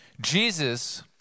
Jesus